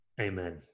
amen